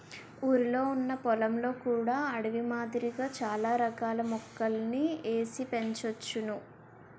ఊరిలొ ఉన్న పొలంలో కూడా అడవి మాదిరిగా చాల రకాల మొక్కలని ఏసి పెంచోచ్చును